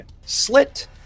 Slit